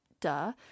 duh